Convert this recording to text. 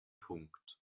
punkt